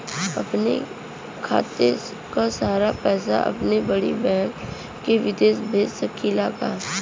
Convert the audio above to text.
अपने खाते क सारा पैसा अपने बड़ी बहिन के विदेश भेज सकीला का?